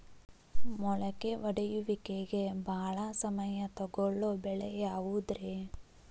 ಮೊಳಕೆ ಒಡೆಯುವಿಕೆಗೆ ಭಾಳ ಸಮಯ ತೊಗೊಳ್ಳೋ ಬೆಳೆ ಯಾವುದ್ರೇ?